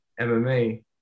MMA